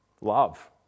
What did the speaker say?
Love